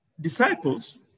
disciples